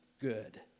good